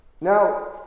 Now